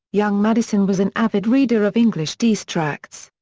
young madison was an avid reader of english deist tracts.